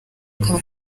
akaba